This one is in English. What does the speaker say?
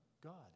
God